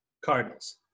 Cardinals